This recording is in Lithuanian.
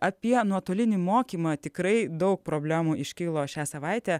apie nuotolinį mokymą tikrai daug problemų iškilo šią savaitę